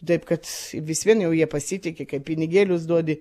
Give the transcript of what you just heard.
taip kad vis vien jau jie pasitiki kad pinigėlius duodi